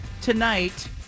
tonight